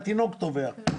התינוק תובע.